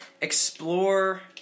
explore